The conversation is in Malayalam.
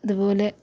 അതുപോലെ